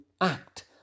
act